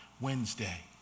Wednesday